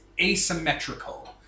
asymmetrical